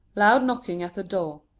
loud knocking at the door.